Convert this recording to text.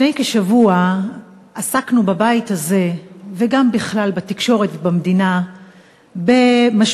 לפני כשבוע עסקנו בבית הזה וגם בכלל בתקשורת ובמדינה במשבר